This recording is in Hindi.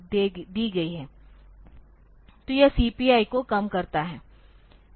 तो यह CPI को कम करता है